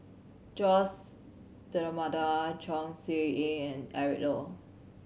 Jose D'Almeida Chong Siew Ying and Eric Low